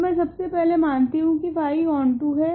तो मैं सबसे पहले मानती हूँ की फाई ओंटो है